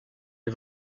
est